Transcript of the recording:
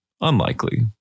Unlikely